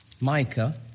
Micah